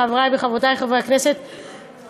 חברי וחברותי חברי הכנסת,